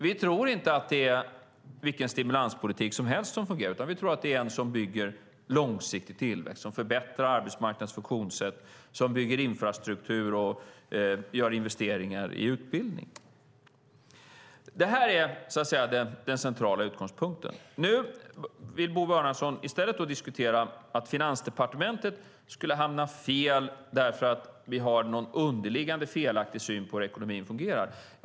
Vi tror inte att vilken stimulanspolitik som helst fungerar, utan vi tror att det som fungerar är en politik som bygger långsiktig tillväxt, förbättrar arbetsmarknadens funktionssätt, bygger infrastruktur och gör investeringar i utbildning. Det här är den centrala utgångspunkten. Nu vill Bo Bernhardsson i stället diskutera att Finansdepartementet skulle hamna fel därför att vi har någon underliggande felaktig syn på hur ekonomin fungerar.